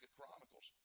Chronicles